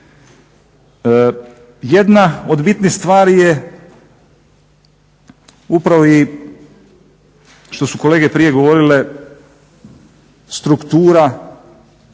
Jedna od bitnih stvari je upravo i što su kolege prije govorile, struktura